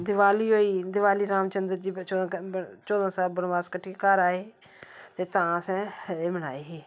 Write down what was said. दिबाली होई गेई दिबाली रामचंद्र जी चौदां साल बनबास कट्टियै घार आऐ ते तां असें एह् मनाई ही